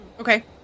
Okay